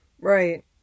Right